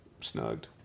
snugged